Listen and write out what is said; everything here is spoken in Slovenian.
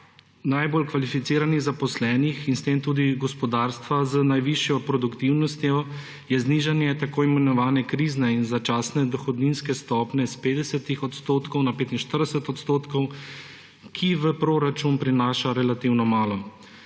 najbolj kvalificiranih zaposlenih in s tem tudi gospodarstva z najvišjo produktivnostjo, je znižanje tako imenovane krizne in začasne dohodninske stopnje s 50 odstotkov na 45 odstotkov, ki v proračun prinaša relativno malo.